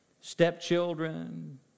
Stepchildren